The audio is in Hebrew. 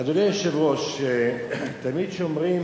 אדוני היושב-ראש, תמיד כשאומרים